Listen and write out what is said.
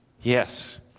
Yes